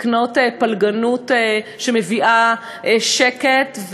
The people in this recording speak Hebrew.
לקנות פלגנות שמביאה שקט.